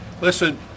Listen